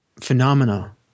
phenomena